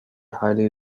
highly